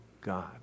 God